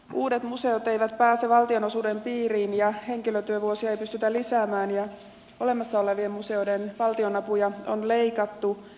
uudet museot eivät pääse valtionosuuden piiriin ja henkilötyövuosia ei pystytä lisäämään ja olemassa olevien museoiden valtionapuja on leikattu